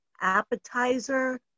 appetizer